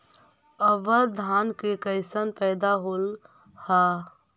अबर धान के कैसन पैदा होल हा?